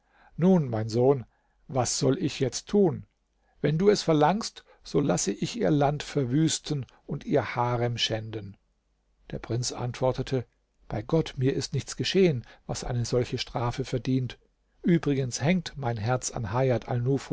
nun mein sohn was soll ich jetzt tun wenn du es verlangst so laß ich ihr land verwüsten und ihr harem schänden der prinz antwortete bei gott mir ist nichts geschehen was eine solche strafe verdient übrigens hängt mein herz an